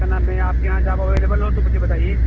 کیا نام ہے آپ کے یہاں جاب اویلیبل ہو تو مجھے بتائیے